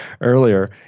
earlier